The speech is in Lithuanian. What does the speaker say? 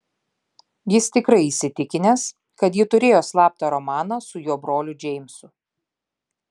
jis tikrai įsitikinęs kad ji turėjo slaptą romaną su jo broliu džeimsu